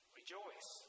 Rejoice